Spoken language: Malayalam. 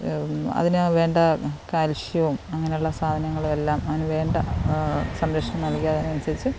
അതിനെ വേണ്ട കാൽഷ്യവും അങ്ങനെ ഉള്ള സാധനങ്ങളും എല്ലാം അതിന് വേണ്ട സംരക്ഷണം നൽകി അതിന് അനുസരിച്ച്